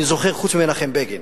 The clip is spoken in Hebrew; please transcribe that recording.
חוץ ממנחם בגין,